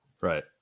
right